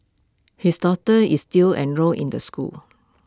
his daughter is still enrolled in the school